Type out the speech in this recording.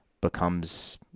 becomes